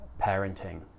parenting